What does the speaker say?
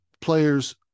players